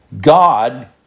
God